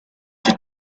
she